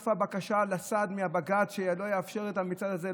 איפה הבקשה לסעד מהבג"ץ שלא יאפשר את המצעד הזה?